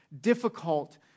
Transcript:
difficult